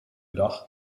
dag